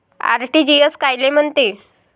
RTGS कायले म्हनते?